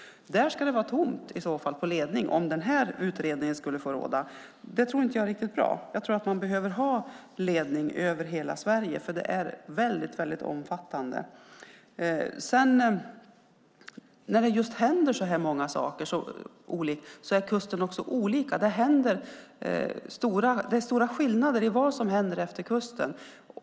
Där ska det vara tomt på ledning om den här utredningen får råda. Jag tror inte att det är riktigt bra. Jag tror att man behöver ha ledning över hela Sverige, för det är väldigt omfattande. Kusterna är olika, och det är stora skillnader i vad som händer efter kusten.